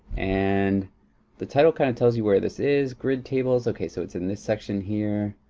and the title kind of tells you where this is, grid tables, okay, so it's in this section here.